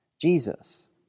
Jesus